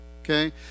okay